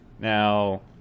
Now